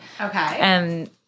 Okay